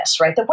right